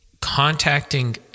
contacting